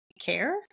care